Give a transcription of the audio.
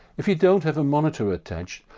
if you don't have a monitor attached,